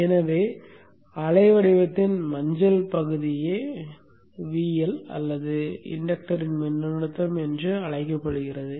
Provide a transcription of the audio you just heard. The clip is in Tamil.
எனவே அலைவடிவத்தின் மஞ்சள் பகுதியே VL அல்லது மின்இன்டக்டர் யின் மின்னழுத்தம் என்று அழைக்கப்படுகிறது